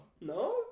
No